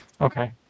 Okay